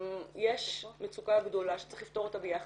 יש מצוקה גדולה שצריך לפתור אותה ביחד,